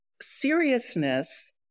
Seriousness